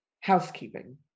housekeeping